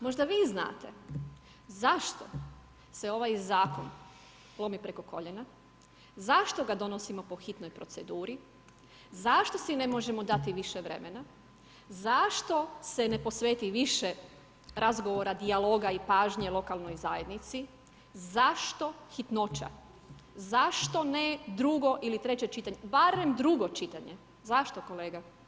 Možda vi znate zašto se ovaj Zakon lomi preko koljena, zašto ga donosimo po hitnoj proceduri, zašto si ne možemo da ti više vremena, zašto se ne posveti više razgovora, dijaloga i pažnje lokalnoj zajednici, zašto hitnoća, zašto ne drugo ili treće čitanje, barem drugo čitanje, zašto kolega?